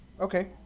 Okay